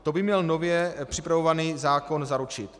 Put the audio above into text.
To by měl nově připravovaný zákon zaručit.